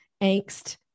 angst